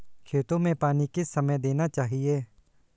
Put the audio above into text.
खेतों में पानी किस समय देना चाहिए?